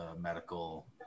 medical